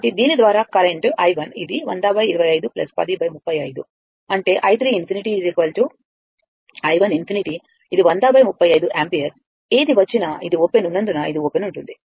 కాబట్టి దీని ద్వారా కరెంట్ i 1 ఇది 100 25 10 35 అంటే i 3 ∞ i1∞ ఇది 100 35 యాంపియర్ ఏది వచ్చినా ఇది ఓపెన్ ఉన్నందున ఇది ఓపెన్ ఉంటుంది